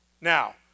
now